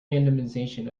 randomization